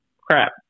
crap